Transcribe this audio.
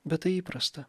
bet tai įprasta